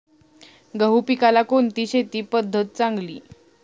गहू पिकाला कोणती शेती पद्धत चांगली?